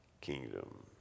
kingdom